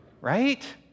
Right